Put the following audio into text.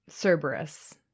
Cerberus